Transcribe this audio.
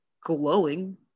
glowing